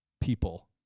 people